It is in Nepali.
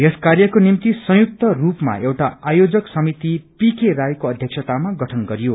यस कार्यको निम्ति संयुक्त रूपमा एउटा आयोजक समिति पीके राईको अध्यक्षतामा गठन गरियो